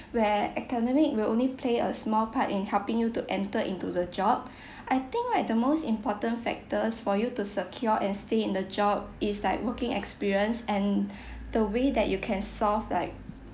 where academic will only play a small part in helping you to enter into the job I think like the most important factors for you to secure and stay in the job is like working experience and the way that you can solve like